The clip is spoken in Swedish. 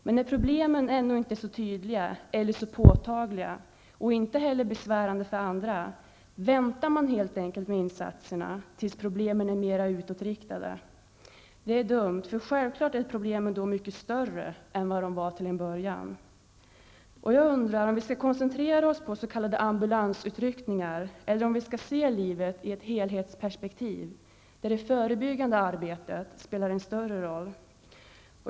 Men när problemen ännu inte är så tydliga eller så påtagliga, och inte heller besvärande för andra, väntar man helt enkelt med insatserna tills problemen är mer utåtriktade. Det är dumt, eftersom problemen då självklart är mycket större än vad de var till en början. Jag undrar om vi skall koncentrera oss på s.k. ambulansutryckningar, eller om vi skall se livet i ett helhetsperspektiv där det förebyggande arbetet spelar en större roll.